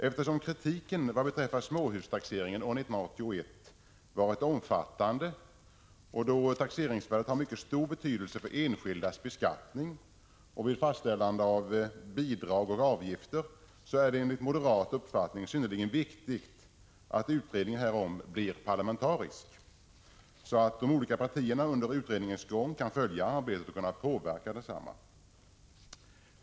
Eftersom kritiken vad beträffar småhustaxeringen år 1981 varit omfattande, och då taxeringsvärdet har mycket stor betydelse för de enskildas beskattning och vid fastställande av bidrag och avgifter, är det enligt moderat uppfattning synnerligen viktigt att utredningen av fastighetstaxeringen blir 133 Vissa frågor inför all parlamentarisk, så att de olika partierna under utredningens gång kan följa arbetet och påverka detsamma.